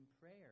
prayer